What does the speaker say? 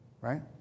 right